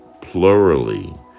Plurally